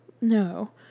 no